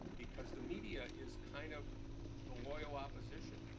because the media is kind of the loyal opposition.